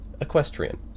equestrian